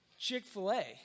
Chick-fil-A